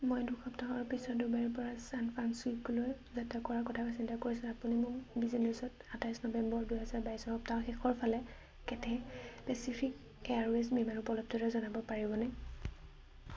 মই দুসপ্তাহৰ পিছত ডুবাইৰ পৰা ছান ফ্ৰান্সিস্কোলৈ যাত্ৰা কৰাৰ কথা চিন্তা কৰিছোঁঁ আপুনি মোক বিজিনেছত আঠাইছ নৱেম্বৰ দুহেজাৰ বাইছত সপ্তাহৰ শেষৰ ফালে কেথে' পেচিফিক এয়াৰৱে'জ বিমানৰ উপলব্ধতা জনাব পাৰিবনে